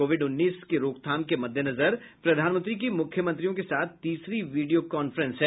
Covid उन्नीस की रोकथाम के मद्देनजर प्रधानमंत्री की मुख्यमंत्रियों के साथ तीसरी वीडियो कांफ्रेंस है